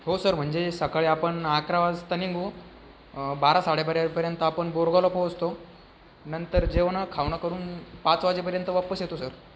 हो सर म्हणजे सकाळी आपण अकरा वाजता निघू बारा साडेबारापर्यंत आपण बोरगावला पोहोचतो नंतर जेवणं खावणं करून पाच वाजेपर्यंत वापस येतो सर